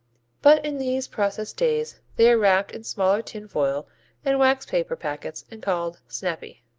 but in these process days they are wrapped in smaller tin foil and wax-paper packets and called snappy.